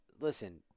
Listen